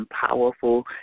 powerful